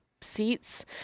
seats